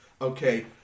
Okay